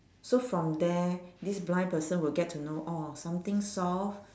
so from there this blind person will get to know orh something soft